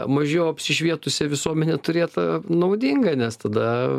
mažiau apsišvietusią visuomenę turėt naudinga nes tada